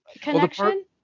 connection